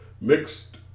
mixed